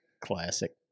Classic